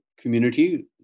community